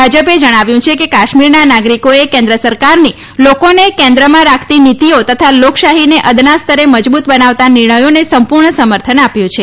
ભાજપે જણાવ્યું છે કે કાશ્મીરના નાગરીકોએ કેન્દ્ર સરકારની લોકોને કેન્દ્રમાં રાખતી નીતિઓ તથા લોકશાહીને અદના સ્તરે મજબૂત બનાવતા નિર્ણયોને સંપૂર્ણ સમર્થન આપ્યું છે